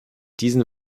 diesen